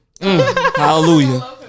Hallelujah